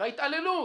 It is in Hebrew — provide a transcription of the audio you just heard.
וההתעללות